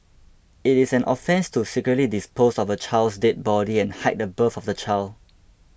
it is an offence to secretly dispose of a child's dead body and hide the birth of the child